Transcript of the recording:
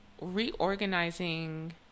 reorganizing